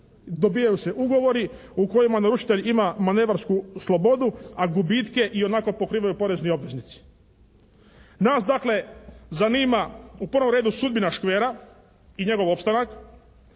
Dobijaju se ugovori u kojima naručitelj ima manevarsku slobodu a gubitke ionako pokrivaju porezni obveznici. Nas dakle zanima u prvom redu sudbina "Škvera" i njegov opstanak.